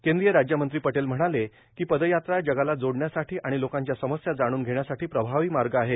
केंद्रीय राज्य मंत्री पटेल म्हणाले की पदयात्रा जगाला जोड़ण्यासाठी आणि लोकांच्या समस्या जाणून घेण्यासाठी प्रभावी मार्ग आहे